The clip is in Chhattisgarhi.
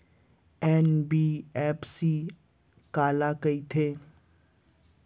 एन.बी.एफ.सी काला कहिथे?